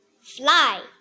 fly